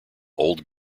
old